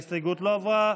ההסתייגות לא עברה.